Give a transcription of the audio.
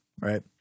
right